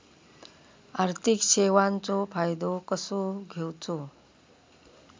आर्थिक सेवाचो फायदो कसो घेवचो?